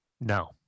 No